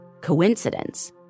coincidence